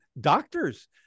doctors